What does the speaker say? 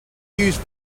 used